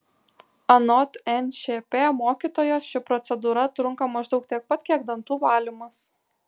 anot nšp mokytojos ši procedūra trunka maždaug tiek pat kiek dantų valymas